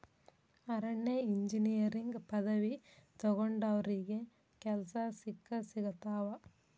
ಅರಣ್ಯ ಇಂಜಿನಿಯರಿಂಗ್ ಪದವಿ ತೊಗೊಂಡಾವ್ರಿಗೆ ಕೆಲ್ಸಾ ಸಿಕ್ಕಸಿಗತಾವ